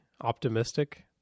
optimistic